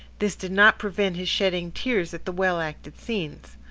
this did not prevent his shedding tears at the well-acted scenes.